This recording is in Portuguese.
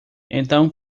então